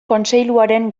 kontseiluaren